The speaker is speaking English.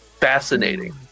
fascinating